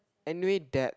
anyway that